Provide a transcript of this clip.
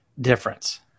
difference